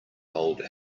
old